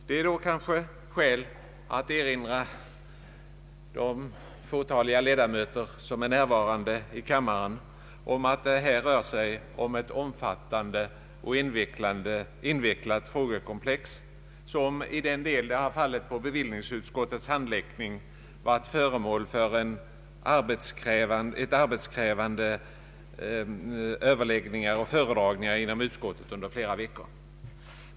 Det är då kanske skäl att erinra de fåtaliga ledamöter, som är närvarande i kammaren, om att det här rör sig om ett omfattande och invecklat frågekomplex som — i den del det har fallit på bevillningsutskottets handläggning — varit föremål för arbetskrävande föredragningar och överläggningar under flera veckor.